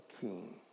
king